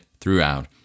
throughout